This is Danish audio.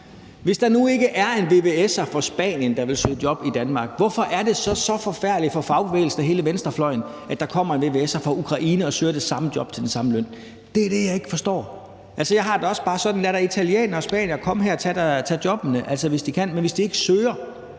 Hvis der nu ikke er en vvs'er fra Spanien, der vil søge job i Danmark, hvorfor er det så så forfærdeligt for fagbevægelsen og hele venstrefløjen, at der kommer en vvs'er fra Ukraine og søger det samme job til den samme løn? Det er det, jeg ikke forstår. Altså, jeg har det også bare sådan, at italienere og spaniere da bare kan komme her og tage jobbene, hvis de kan. Men hvis de ikke søger,